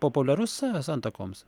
populiarus santuokoms